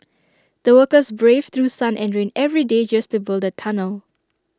the workers braved through sun and rain every day just to build the tunnel